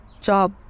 job